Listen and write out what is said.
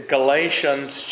Galatians